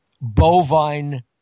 bovine